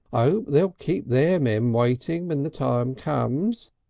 i ope they'll keep their men waiting when the time comes.